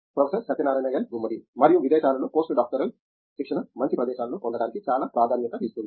professor Satyanarayana N Gummadi మరియు విదేశాలలో post doctoral శిక్షణ మంచి ప్రదేశాలలో పొందడానికి చాలా ప్రాధాన్యత ఇస్తుంది